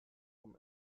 vom